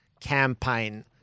campaign